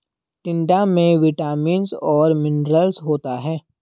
टिंडा में विटामिन्स और मिनरल्स होता है